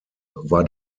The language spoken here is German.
war